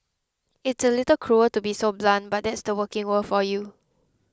it's a little cruel to be so blunt but that's the working world for you